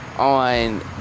On